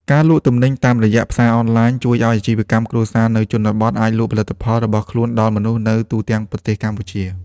ការលក់ទំនិញតាមរយៈផ្សារអនឡាញ ជួយឱ្យអាជីវកម្មគ្រួសារនៅជនបទអាចលក់ផលិតផលរបស់ខ្លួនដល់មនុស្សនៅទូទាំងប្រទេសកម្ពុជា។